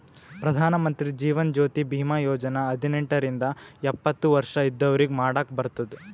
ಪ್ರಧಾನ್ ಮಂತ್ರಿ ಜೀವನ್ ಜ್ಯೋತಿ ಭೀಮಾ ಯೋಜನಾ ಹದಿನೆಂಟ ರಿಂದ ಎಪ್ಪತ್ತ ವರ್ಷ ಇದ್ದವ್ರಿಗಿ ಮಾಡಾಕ್ ಬರ್ತುದ್